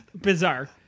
Bizarre